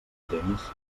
temps